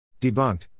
Debunked